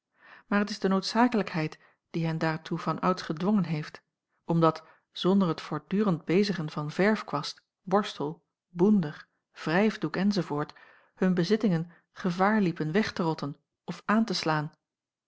maar t is de noodzakelijkheid die hen daartoe vanouds gedwongen heeft omdat zonder t voortdurend bezigen van verfkwast borstel boender wrijfdoek enz hun bezittingen gevaar liepen weg te rotten of aan te slaan